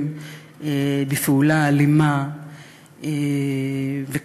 נגזלים בפעולה אלימה וכואבת,